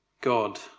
God